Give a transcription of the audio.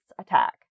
attack